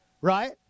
right